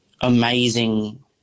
amazing